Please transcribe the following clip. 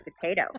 potato